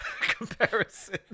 comparison